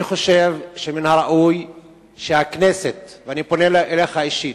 אני חושב שמן הראוי שהכנסת, ואני פונה אליך אישית,